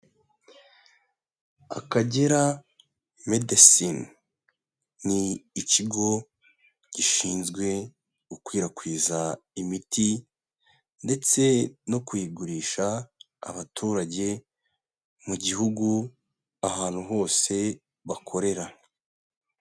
Akagera Medecine. Ni ikigo gishinzwe gukwirakwiza imiti ndetse no kuyigurisha abaturage mu gihugu, ahantu hose bakorera.